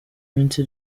minsi